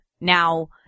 Now